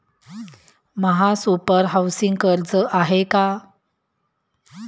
महासुपर हाउसिंग कर्ज आहे का?